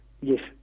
Yes